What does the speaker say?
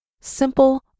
Simple